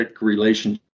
relationship